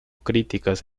críticas